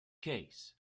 case